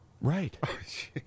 Right